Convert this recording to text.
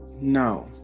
No